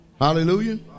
Hallelujah